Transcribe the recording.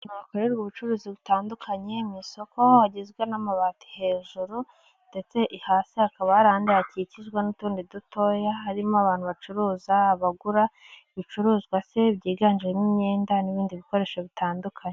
Habakorerwa ubucuruzi butandukanye mu isoko hagizwe n'amabati hejuru ndetse hasi hakaba hari ahandi hakikijwe n'utundi dutoya harimo abantu bacuruza, abagura ibicuruzwa se byiganjemo imyenda n'ibindi bikoresho bitandukanye.